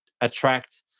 attract